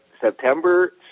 September